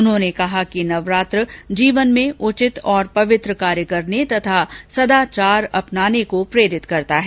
उन्होंने कहा कि नवरात्रा जीवन में उचित और पवित्र कार्य करने और सदाचार अपनाने को प्रेरित करता है